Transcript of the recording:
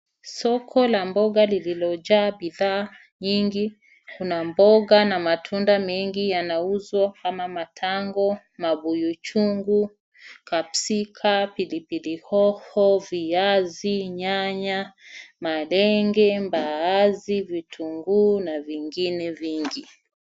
Soko la mboga lililo jaa bidhaa nyingi ,kuna mboga na matunda mengi yanauzwa kama matango, mabuyu chungu, capsika ,pilipili hoho, viazi, nyanya, malenge, mbaazi, vitungu na vingine vingi.